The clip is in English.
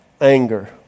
anger